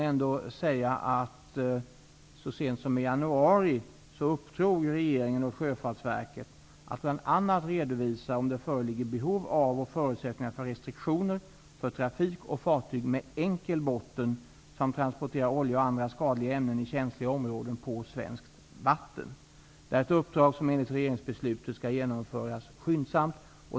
Så sent som i januari uppdrog regeringen till Sjöfartsverket att bl.a. redovisa om det föreligger behov av och förutsättningar för restriktioner för trafik med fartyg med enkel botten som transporterar olja och andra skadliga ämnen i känsliga områden på svenskt vatten. Det är ett uppdrag som enligt regeringsbeslutet skall genomföras skyndsamt.